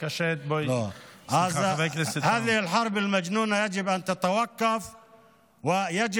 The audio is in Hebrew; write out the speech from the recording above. ח'רב מג'נונה, וגם